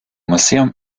museum